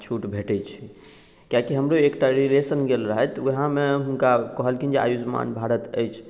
आ छूट भेटैत छै किकि हमरो एकटा रीलेशन गेल रहथि ओएहमे हुनका कहलखिन जे आयुष्मान भारत अछि